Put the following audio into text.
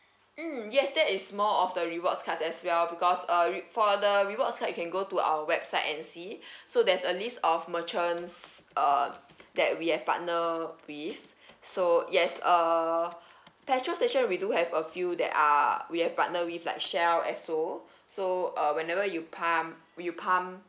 mm yes that is more of the rewards card as well because uh re~ for the rewards card you can go to our website and see so there's a list of merchants uh that we have partner with so yes uh petrol station we do have a few that are we have partner with like shell esso so uh whenever you pump you pump